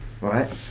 right